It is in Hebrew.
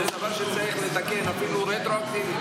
זה דבר שצריך לתקן, אפילו רטרואקטיבית.